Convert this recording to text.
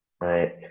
right